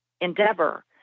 endeavor